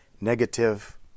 negative